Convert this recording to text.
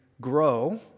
grow